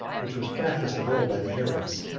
which was practised of old by the arabs,